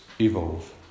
evolve